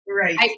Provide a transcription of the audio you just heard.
Right